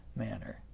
manner